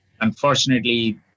Unfortunately